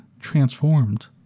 transformed